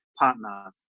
partner